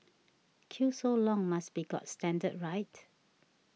queue so long must be got standard right